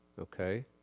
Okay